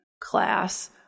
class